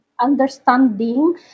understanding